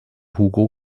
hugo